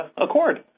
Accord